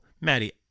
Maddie